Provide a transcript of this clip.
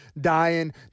dying